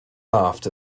laughed